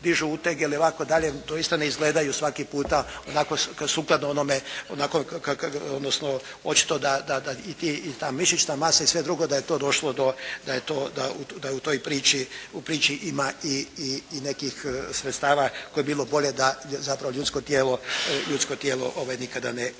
dižu utege ili ovako dalje doista ne izgledaju svaki puta sukladno onome, odnosno da i ta mišićna masa i sve drugo da je to došlo, da u toj priči ima i nekih sredstava koje bi bilo zapravo da ljudsko tijelo nikada ne konzumira.